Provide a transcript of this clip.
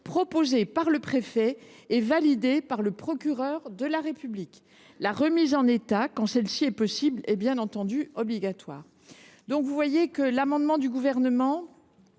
proposée par le préfet et validée par le procureur de la République. La remise en état, quand elle est possible, est bien entendu obligatoire. L’amendement du Gouvernement